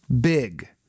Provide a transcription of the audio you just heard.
big